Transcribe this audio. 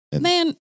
Man